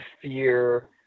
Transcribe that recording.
fear